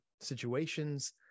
situations